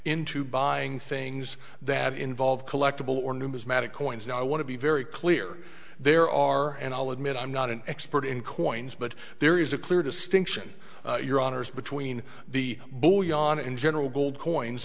into buying things that involve collectible or numismatic coins and i want to be very clear there are and i'll admit i'm not an expert in coins but there is a clear distinction your honour's between the bull yana in general gold coins